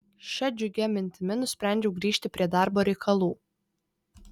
šia džiugia mintimi nusprendžiau grįžti prie darbo reikalų